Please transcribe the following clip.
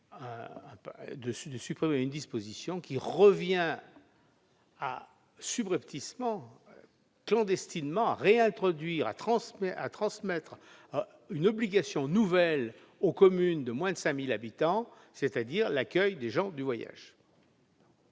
de supprimer une disposition qui revient subrepticement, clandestinement, à introduire une obligation nouvelle pour les communes de moins de 5 000 habitants, à savoir l'accueil des gens du voyage.